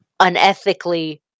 unethically